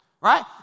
right